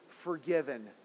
forgiven